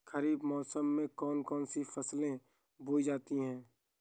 खरीफ मौसम में कौन कौन सी फसलें बोई जाती हैं?